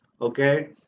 okay